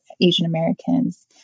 Asian-Americans